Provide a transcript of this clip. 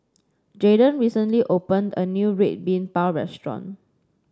Jayden recently opened a new Red Bean Bao restaurant